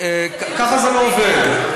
ככה זה לא עובד.